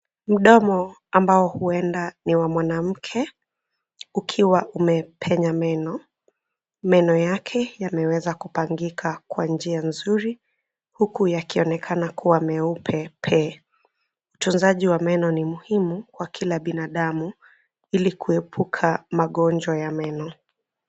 Mdomo ambao huenda ni wa mwanamke ukiwa umepenya meno. Meno yake yameweza kupangika kwa njia nzuri huku yakionekana kuwa meupe pe. Utunzaji wa meno ni muhimu kwa kila binadamu ili kuepuka magonjwa ya meno.